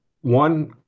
one